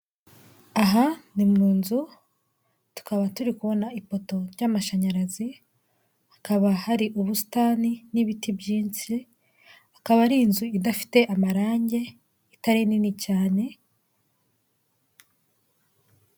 Aha ni mu nzu, tukaba turi kubona ipoto ry'amashanyarazi. Hakaba hari ubusitani n'ibiti byinshi. Akaba ari inzu idafite amarangi, itari nini cyane.